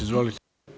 Izvolite.